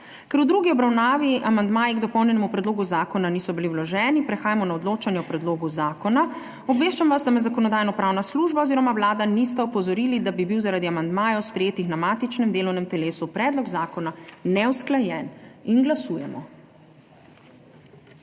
Ker v drugi obravnavi amandmaji k dopolnjenemu predlogu zakona niso bili vloženi, prehajamo na odločanje o predlogu zakona. Obveščam vas, da me Zakonodajno-pravna služba oziroma Vlada nista opozorili, da bi bil zaradi amandmajev, sprejetih na matičnem delovnem telesu, predlog zakona neusklajen. Glasujemo.